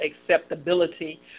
acceptability